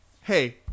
hey